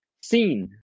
seen